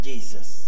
Jesus